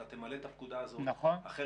אתה תמלא את הפקודה הזאת כי אחרת